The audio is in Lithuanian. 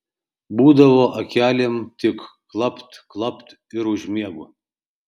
būdavo akelėm tik klapt klapt ir užmiegu